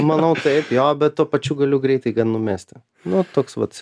manau taip jo bet tuo pačiu galiu greitai numesti nuo toks vat